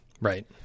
Right